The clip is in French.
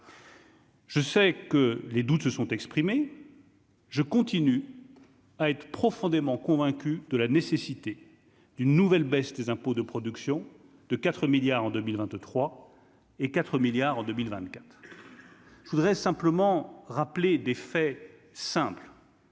Je sais que les doutes se sont exprimés, je continue à être profondément convaincu de la nécessité d'une nouvelle baisse des impôts de production de 4 milliards en 2023 et 4 milliards en 2024 je voudrais simplement rappeler des faits simple.